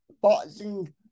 boxing